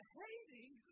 hating